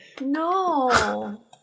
No